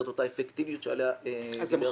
את אותה אפקטיביות עליה דיבר המבקר.